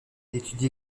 étudie